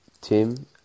Tim